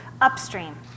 upstream